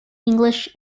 english